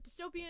dystopian